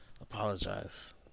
Apologize